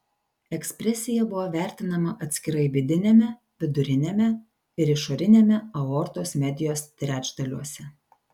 ekspresija buvo vertinama atskirai vidiniame viduriniame ir išoriniame aortos medijos trečdaliuose